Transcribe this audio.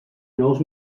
nous